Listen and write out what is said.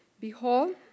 Behold